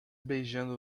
beijando